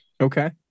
Okay